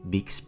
Big